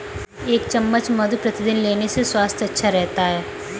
एक चम्मच मधु प्रतिदिन लेने से स्वास्थ्य अच्छा रहता है